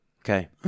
Okay